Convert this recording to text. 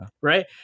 right